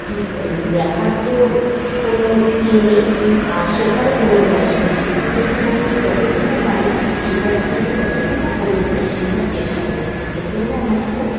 কি দেখার তো কোনো ইয়ে নেই আর শেখারও কোনো বয়স নেই সেখান থেকে আমি যতটুকু পারি সেখান থেকে আমি ততটুকু পরিমাণে শেখার চেষ্টা করি এ জন্যন্য আমার খুব